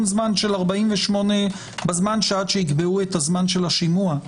זמן של 48 עד שיקבעו את זמן השימוע?